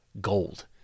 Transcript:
gold